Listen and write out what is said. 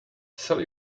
sell